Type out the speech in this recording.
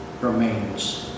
remains